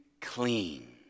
clean